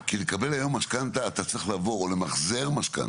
כי לקבל היום משכנתה אתה צריך לעבור או למחזר משכנתה,